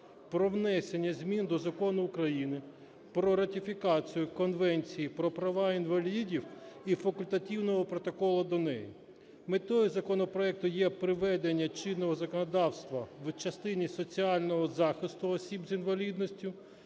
про внесення змін до Закону України "Про ратифікацію Конвенції про права інвалідів і Факультативного протоколу до неї". Метою законопроекту є приведення чинного законодавства в частині соціального захисту осіб з інвалідністю